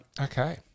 okay